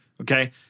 Okay